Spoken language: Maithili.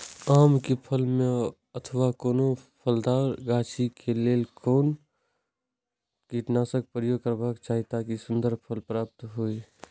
आम क फल में अथवा कोनो फलदार गाछि क लेल कोन कीटनाशक प्रयोग करबाक चाही ताकि सुन्दर फल प्राप्त हुऐ?